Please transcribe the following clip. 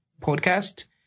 podcast